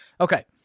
Okay